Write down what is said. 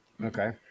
Okay